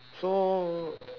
so